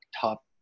top